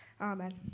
Amen